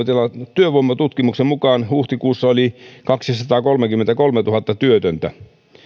työvoimatutkimuksen mukaan huhtikuussa oli kaksisataakolmekymmentäkolmetuhatta työtöntä